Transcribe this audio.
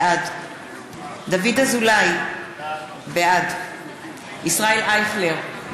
בעד דוד אזולאי, בעד ישראל אייכלר,